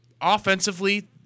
offensively